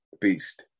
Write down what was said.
beast